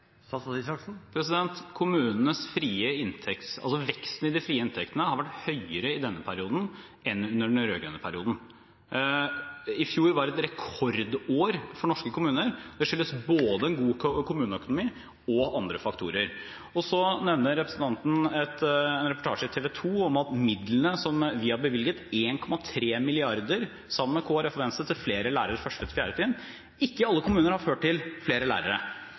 et rekordår for norske kommuner. Det skyldes både en god kommuneøkonomi og andre faktorer. Representanten nevner en reportasje i TV 2 som viser at midlene som vi har bevilget, 1,3 mrd. kr, sammen med Kristelig Folkeparti og Venstre, til flere lærere på 1.–4. trinn, ikke i alle kommuner har ført til flere lærere.